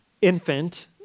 infant